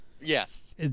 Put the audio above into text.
Yes